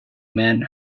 men